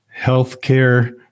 healthcare